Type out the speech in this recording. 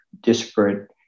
disparate